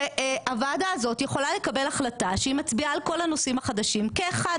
הוועדה הזאת יכולה לקבל החלטה שהיא מצביעה על כל הנושאים החדשים כאחד.